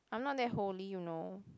I'm not that holy you know